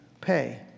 pay